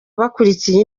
bakurikiye